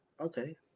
okay